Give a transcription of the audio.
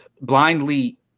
blindly